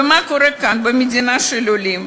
ומה קורה כאן, במדינה של עולים?